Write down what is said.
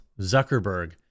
Zuckerberg